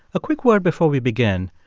a quick word before we begin.